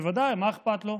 בוודאי, מה אכפת לו?